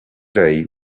day